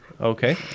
Okay